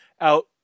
out